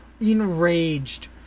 enraged